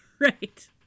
Right